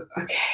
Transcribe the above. okay